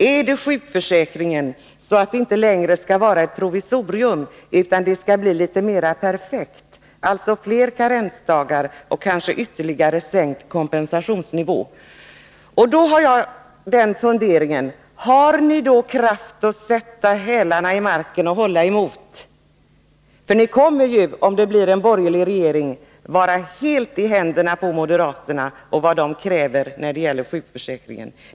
Är det på sjukförsäkringen, så att det inte längre skall vara fråga om ett provisorium, utan det skall bli litet mera perfekt, dvs. fler karensdagar och kanske ytterligare sänkt kompensationsnivå? I så fall undrar jag om ni har kraft att sätta hälarna i marken och hålla emot. Om det blir en borgerlig regering kommer ni ju att vara helt i händerna på moderaterna när det gäller sjukförsäkringen.